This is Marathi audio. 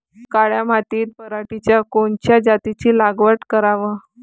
काळ्या मातीत पराटीच्या कोनच्या जातीची लागवड कराव?